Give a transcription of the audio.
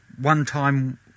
one-time